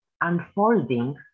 unfolding